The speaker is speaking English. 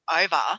over